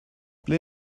ble